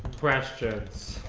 questions,